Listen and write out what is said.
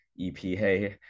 EPA